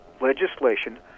legislation